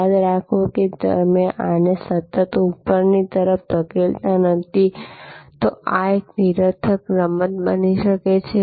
યાદ રાખો જો તમે આને સતત ઉપરની તરફ ધકેલતા નથી તો આ એક નિરર્થક રમત બની શકે છે